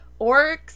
orcs